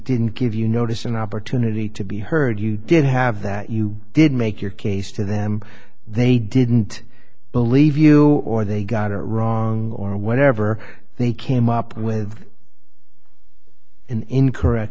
didn't give you notice an opportunity to be heard you did have that you did make your case to them they didn't believe you or they got it wrong or whatever they came up with an incorrect